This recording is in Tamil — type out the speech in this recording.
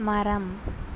மரம்